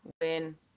win